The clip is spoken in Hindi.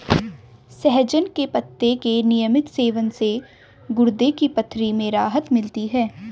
सहजन के पत्ते के नियमित सेवन से गुर्दे की पथरी में राहत मिलती है